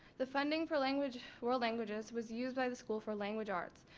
the funding for language world languages was used by the school for language arts.